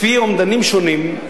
לפי אומדנים שונים,